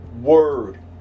word